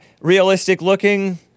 realistic-looking